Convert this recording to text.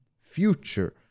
future